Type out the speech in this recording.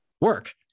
work